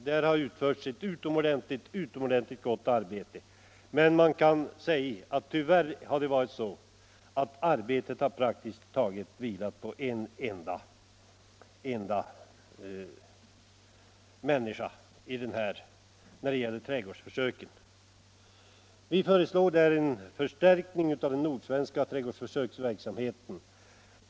Där har utförts ett utomordentligt gott arbete, men tyvärr har de trädgårdsförsöken praktiskt taget vilat på en enda människa. forskning forskning Vi föreslår en förstärkning av den nordsvenska trädgårdsförsöksverksamheten.